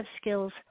skills